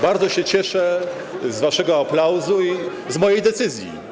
Bardzo się cieszę z waszego aplauzu i z mojej decyzji.